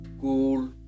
cool